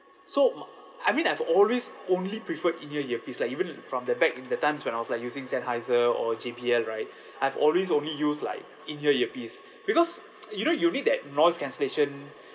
so I mean I've always only preferred in-ear earpiece lah even from the back in the times when I was like using Sennheiser or J_B_L right I've always only used like in-ear earpiece because you know you need that noise cancellation